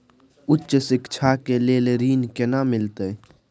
उच्च शिक्षा के लेल ऋण केना मिलते?